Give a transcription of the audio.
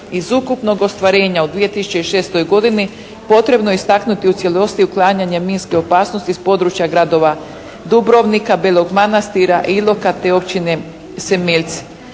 Iz ukupnog ostvarenja u 2006. godini potrebno je istaknuti u cijelosti uklanjanje minske opasnosti iz područja gradova Dubrovnika, Belog Manastira, Iloka, te općine …/Govornik